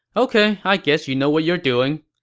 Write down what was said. ok, i guess you know what you're doing.